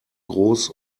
groß